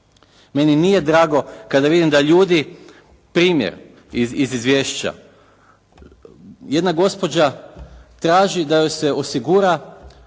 Meni nije drago kada ljudi primjer iz izvješća jedna gospođa traži da joj se osigura